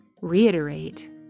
reiterate